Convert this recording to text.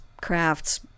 crafts